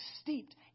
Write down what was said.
steeped